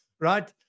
right